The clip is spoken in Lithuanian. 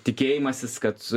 tikėjimasis kad